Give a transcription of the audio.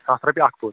ہتَھ رۄپیہِ اَکھ پوٗت